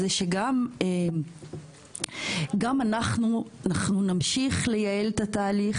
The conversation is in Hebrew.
היא שגם אנחנו נמשיך לייעל את התהליך